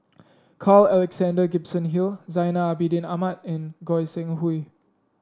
Carl Alexander Gibson Hill Zainal Abidin Ahmad and Goi Seng Hui